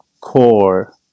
core